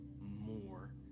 more